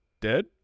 dead